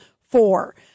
four